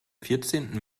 vierzehnten